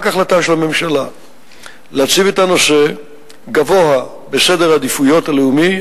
רק החלטה של הממשלה להציב את הנושא גבוה בסדר העדיפויות הלאומי,